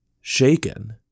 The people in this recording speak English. shaken